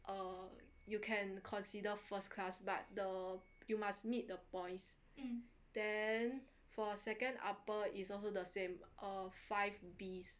err you can consider first class but the you must meet the points then for a second upper is also the same err five Bs